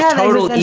total